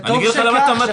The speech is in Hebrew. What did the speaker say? וטוב שכך,